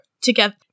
together